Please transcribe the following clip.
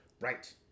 Right